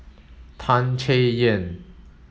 Tan Chay Yan